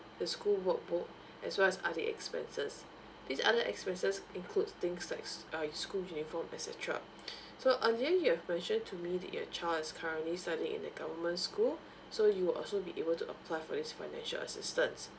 the school workbook as well as other expenses these other expenses includes things like s~ uh school uniform et cetera so to me that your child is currently studying in the government school so you also be able to apply for this financial assistance